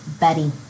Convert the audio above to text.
Betty